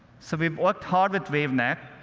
so, we've worked hard with wavenet,